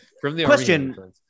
Question